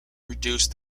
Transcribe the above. reduced